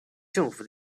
政府